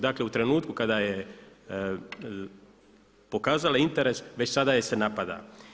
Dakle u trenutku kada je pokazala interes već sada je se napada.